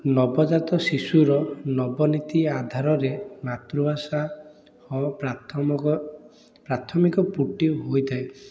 ନବଜାତ ଶିଶୁର ନବନୀତି ଆଧାରରେ ମାତୃଭାଷା ହ ପ୍ରାଥମିକ ପ୍ରାଥମିକ ପୁଟି ହୋଇଥାଏ